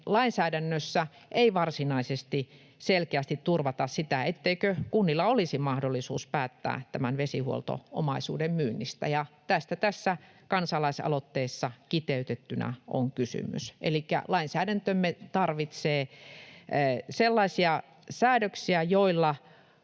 lainsäädännössä ei varsinaisesti selkeästi turvata sitä, etteikö kunnilla olisi mahdollisuutta päättää tämän vesihuolto-omaisuuden myynnistä, ja tästä tässä kansalaisaloitteessa kiteytettynä on kysymys. Elikkä lainsäädäntömme tarvitsee sellaisia säädöksiä, joilla